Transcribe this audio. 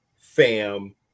fam